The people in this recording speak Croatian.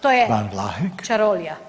To je čarolija.